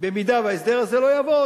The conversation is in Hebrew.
במידה שההסדר הזה לא יעבוד,